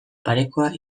parekoa